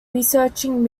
researching